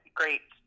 great